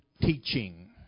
teaching